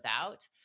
out